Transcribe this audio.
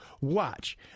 Watch